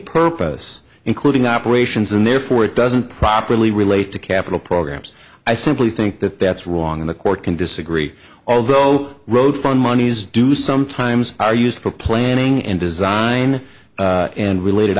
purpose including operations and therefore it doesn't properly relate to capital programs i simply think that that's wrong the court can disagree although road fund monies do sometimes are used for planning and design and related